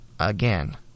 again